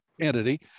entity